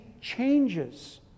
changes